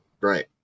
Right